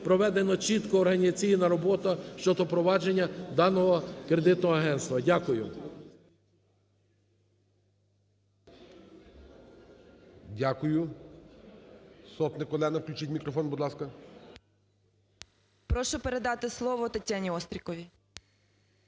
проведена чітко організаційна робота щодо впровадження даного кредитного агентства. Дякую. ГОЛОВУЮЧИЙ. Дякую. Сотник Олена, включіть мікрофон, будь ласка. 11:03:03 СОТНИК О.С. Прошу передати слово ТетяніОстріковій.